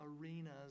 arenas